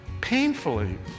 Painfully